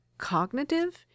cognitive